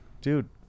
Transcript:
dude